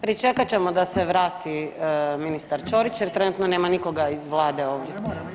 Pričekat ćemo da se vrati ministar Ćorić jer trenutno nema nikoga iz Vlade ovdje.